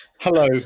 Hello